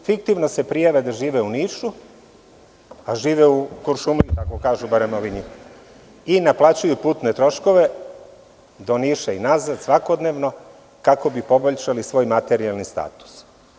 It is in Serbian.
Fiktivno se prijave da žive u Nišu, a žive u Kuršumliji i naplaćuju putne troškove do Niša i nazad svakodnevno, kako bi poboljšali svoj materijalni status.